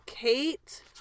Kate